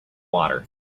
water